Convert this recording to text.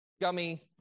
gummy